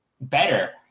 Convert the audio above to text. better